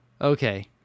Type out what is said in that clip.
okay